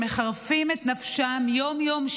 שמחרפים את נפשם שם יום-יום,